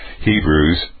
Hebrews